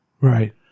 Right